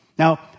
Now